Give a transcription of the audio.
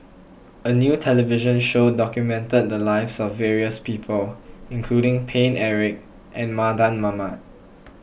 a new television show documented the lives of various people including Paine Eric and Mardan Mamat